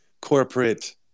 corporate